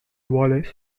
wallace